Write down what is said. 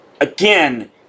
Again